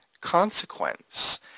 consequence